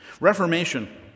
Reformation